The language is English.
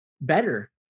better